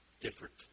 different